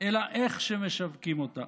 אלא איך שמשווקים אותה.